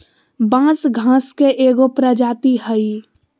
बांस घास के एगो प्रजाती हइ